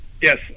yes